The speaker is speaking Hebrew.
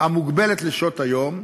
המוגבלת לשעות היום,